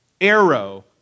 arrow